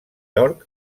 york